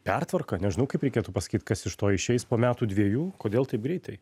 pertvarką nežinau kaip reikėtų pasakyt kas iš to išeis po metų dviejų kodėl taip greitai